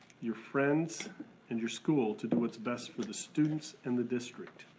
your friends and your school, to do what's best for the students and the district.